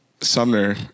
Sumner